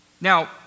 Now